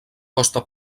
costa